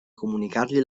comunicargli